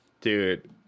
dude